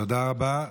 תודה רבה.